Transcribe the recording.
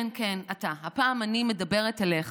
כן, כן, אתה, הפעם אני מדברת אליך.